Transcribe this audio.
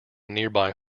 nearby